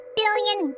billion